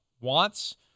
wants